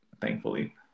thankfully